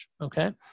okay